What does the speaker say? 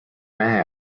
mehe